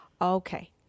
Okay